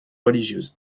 religieuse